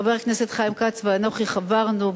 חבר הכנסת חיים כץ ואנוכי חברנו,